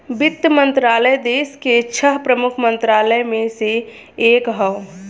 वित्त मंत्रालय देस के छह प्रमुख मंत्रालय में से एक हौ